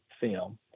film